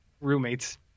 roommates